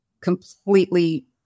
completely